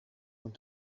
want